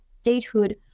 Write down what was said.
Statehood